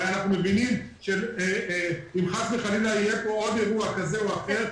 הרי אנחנו מבינים שאם חס וחלילה יהיה פה עוד אירוע כזה או אחר,